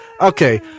Okay